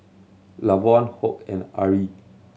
Lavonne Hoke and Ari